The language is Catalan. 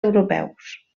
europeus